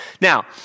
Now